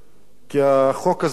כי החוק הזה יעבור